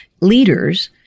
Leaders